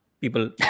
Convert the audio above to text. people